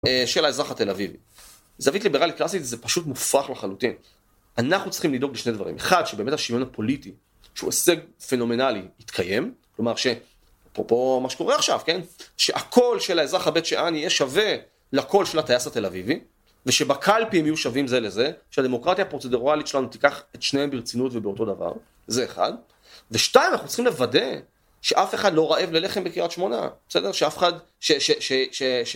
של האזרח התל אביבי. זווית ליברלית קלאסית, זה פשוט מופרך לחלוטין. אנחנו צריכים לדאוג בשני דברים. אחד, שבאמת השיוויון הפוליטי, שהוא הישג פנומנלי, יתקיים. כלומר, שאפרופו מה שקורה עכשיו, כן? שהקול של האזרח הבית שאני יהיה שווה לקול של הטייס התל אביבי, ושבקלפים יהיו שווים זה לזה, שהדמוקרטיה הפרוצדרואלית שלנו תיקח את שניהם ברצינות ובאותו דבר. זה אחד. ושתיים, אנחנו צריכים לוודא שאף אחד לא רעב ללחם בקריית שמונה, בסדר? שאף אחד...